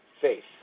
faith